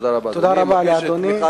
תודה רבה, אדוני.